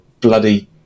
bloody